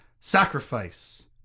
Sacrifice